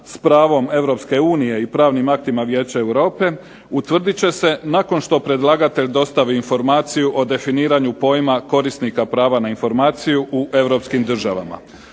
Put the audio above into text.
s pravom Europske unije i pravnim aktima vijeća Europe utvrdit će se nakon što predlagatelj dostavi informaciju o definiranju pojma korisnika prava na informaciju u europskim državama.